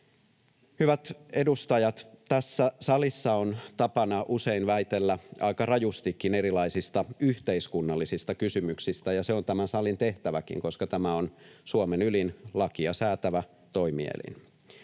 Hyvät edustajat, tässä salissa on tapana usein väitellä aika rajustikin erilaisista yhteiskunnallisista kysymyksistä, ja se on tämän salin tehtäväkin, koska tämä on Suomen ylin lakia säätävä toimielin.